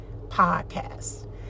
podcast